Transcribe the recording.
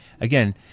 again